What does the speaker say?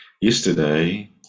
Yesterday